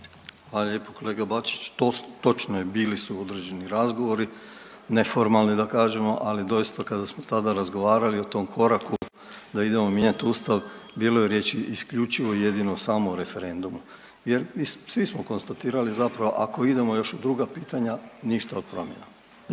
Hvala lijepo kolega Bačić. Točno je bili su određeni razgovori neformalni da kažemo, ali doista kada smo tada razgovarali o tom koraku da idemo mijenjati Ustav bilo je riječi isključivo i jedino samo o referendumu. Jer svi smo konstatirali zapravo ako idemo još u druga pitanja ništa od promjena.